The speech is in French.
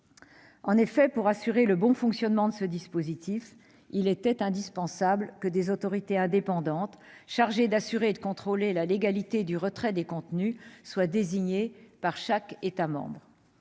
En effet, pour assurer le bon fonctionnement de ce dispositif, il était indispensable que des autorités indépendantes, chargées d'assurer et de contrôler la légalité du retrait des contenus, soient désignées par chaque État membre.